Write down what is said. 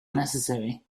necessary